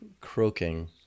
croaking